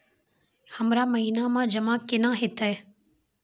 हमरा महिना मे जमा केना हेतै?